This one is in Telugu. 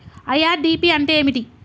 ఐ.ఆర్.డి.పి అంటే ఏమిటి?